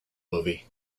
movie